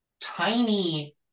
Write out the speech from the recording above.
tiny